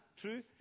true